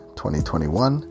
2021